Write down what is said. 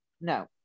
no